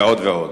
ועוד ועוד.